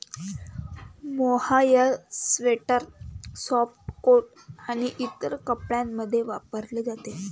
mohair sweater, scarf, coat आणि इतर कपड्यांमध्ये वापरले जाते